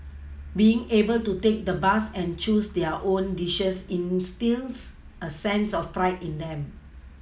being able to take the bus and choose their own dishes instils a sense of pride in them